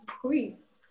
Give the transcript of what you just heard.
please